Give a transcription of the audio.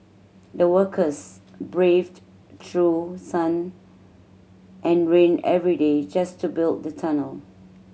the workers braved through sun and rain every day just to build the tunnel